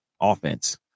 offense